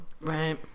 Right